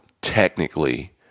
technically